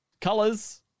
Colors